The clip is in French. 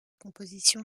composition